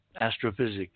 astrophysics